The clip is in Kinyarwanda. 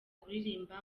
kuririmba